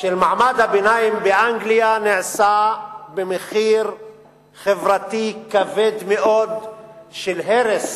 של מעמד הביניים באנגליה נעשו במחיר חברתי כבד מאוד של הרס